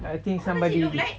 I think somebody which